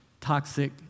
toxic